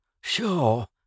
Sure